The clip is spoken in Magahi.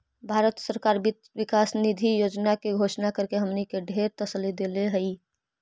भारत सरकार वित्त विकास निधि योजना के घोषणा करके हमनी के ढेर तसल्ली देलई हे